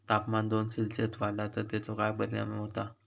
तापमान दोन सेल्सिअस वाढला तर तेचो काय परिणाम होता?